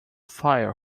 fire